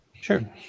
Sure